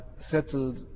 settled